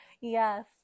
Yes